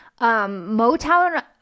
Motown